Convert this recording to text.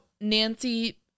Nancy